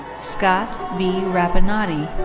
scott b rapponotti.